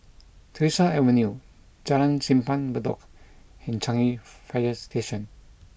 Tyersall Avenue Jalan Simpang Bedok and Changi Fire Station